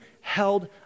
held